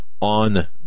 on